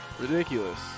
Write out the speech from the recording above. Ridiculous